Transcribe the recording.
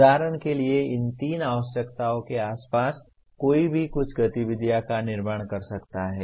उदाहरण के लिए इन तीन आवश्यकताओं के आसपास कोई भी कुछ गतिविधियों का निर्माण कर सकता है